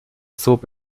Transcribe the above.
zob